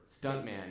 stuntman